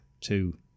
two